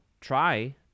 try